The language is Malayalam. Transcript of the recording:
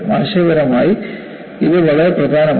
ആശയപരമായി ഇത് വളരെ പ്രധാനമാണ്